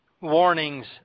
warnings